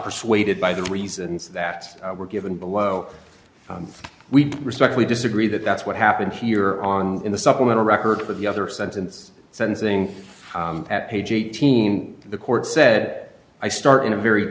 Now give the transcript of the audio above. persuaded by the reasons that were given below we respectfully disagree that that's what happened here on in the supplemental records but the other sentence sentencing at page eighteen the court set i start in a very